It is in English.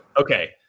Okay